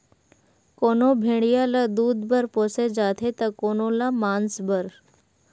कोनो भेड़िया ल दूद बर पोसे जाथे त कोनो ल मांस बर